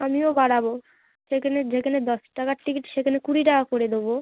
আমিও বাড়াবো যেকানে যেকানে দশ টাকার টিকিট সেখানে কুড়ি টাকা করে দেবো